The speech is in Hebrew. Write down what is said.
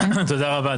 תודה רבה,